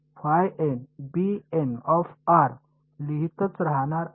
तर मी लिहीतच राहणार आहे